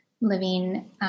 living